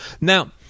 Now